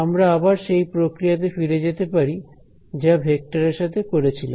আমরা আবার সেই প্রক্রিয়াতে ফিরে যেতে পারি যা ভেক্টরের সাথে করেছিলাম